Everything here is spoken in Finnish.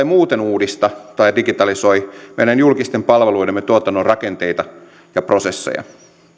muuten uudista tai digitalisoi meidän julkisten palveluidemme tuotannon rakenteita ja prosesseja